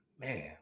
man